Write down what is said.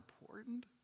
important